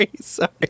Sorry